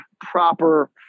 proper